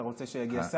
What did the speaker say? אתה רוצה שיגיע השר?